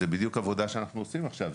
זו בדיוק העבודה שאנחנו עושים עכשיו.